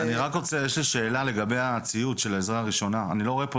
יש לי שאלה לגבי הציוד של עזרה ראשונה אני לא רואה פה